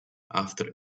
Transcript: after